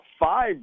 five